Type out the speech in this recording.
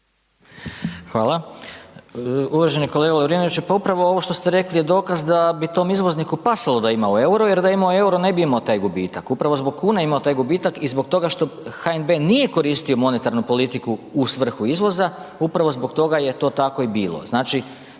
Hvala. Uvaženi kolega Lovrinoviću, pa upravo što ste rekli je dokaz da bi tom izvozniku pasalo da ima u euro jer da ima u euro, ne bi imao taj gubitak, upravo zbog kune imamo taj gubitak i zbog toga što HNB nije koristio monetarnu politiku u svrhu izvoza, upravo zbog toga je to tako i bilo. Znači,